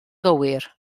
gywir